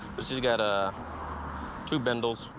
but she's got ah two bindles.